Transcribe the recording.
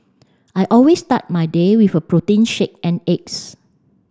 I always start my day with a protein shake and eggs